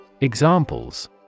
Examples